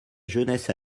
jeunesse